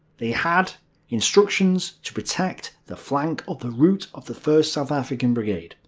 they had instructions to protect the flank of the route of the first south african brigade,